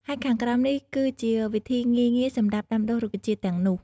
ហើយខាងក្រោមនេះគឺជាវិធីងាយៗសម្រាប់ដាំដុះរុក្ខជាតិទាំងនោះ។